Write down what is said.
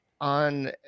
on